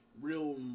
real